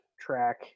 track